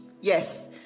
Yes